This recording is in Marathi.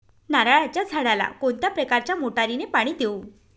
नारळाच्या झाडाला कोणत्या प्रकारच्या मोटारीने पाणी देऊ?